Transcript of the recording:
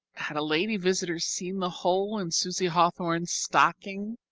had a lady visitor seen the hole in susie hawthorn's stocking?